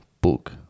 book